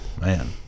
Man